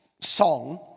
song